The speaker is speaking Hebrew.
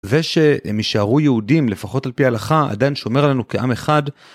ושהם יישארו יהודים לפחות על פי ההלכה עדיין שומר עלינו כעם אחד.